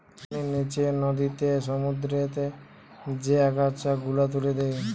পানির নিচে নদীতে, সমুদ্রতে যে আগাছা গুলা তুলে দে